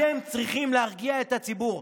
אתם צריכים להרגיע את הציבור.